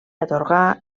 atorgà